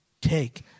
take